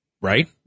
right